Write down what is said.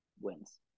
wins